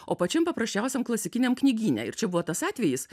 o pačiam paprasčiausiam klasikiniam knygyne ir čia buvo tas atvejis